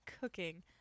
cooking